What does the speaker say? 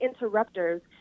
interrupters